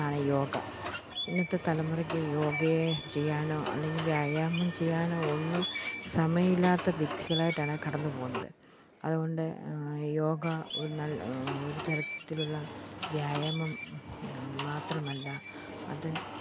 ഒന്നാണ് യോഗ ഇന്നത്തെ തലമുറയ്ക്ക് യോഗയെ ചെയ്യാനോ അല്ലെങ്കിൽ വ്യായാമം ചെയ്യാനോ ഒന്നും സമയില്ലാത്ത വ്യക്തികളായിട്ടാണ് കടന്നുപോകുന്നത് അതുകൊണ്ട് യോഗ ഒരു നല്ല ഒരുതരത്തിലുള്ള വ്യായാമം മാത്രമല്ല അത്